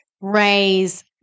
raise